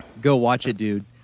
go-watch-it-dude